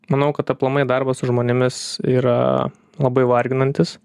manau kad aplamai darbas su žmonėmis yra labai varginantis